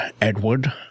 Edward